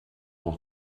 noch